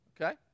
Okay